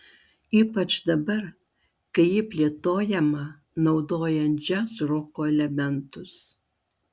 ypač dabar kai ji plėtojama naudojant džiazroko elementus